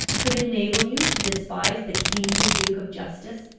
could enable you to despise the keen rebuke of justice?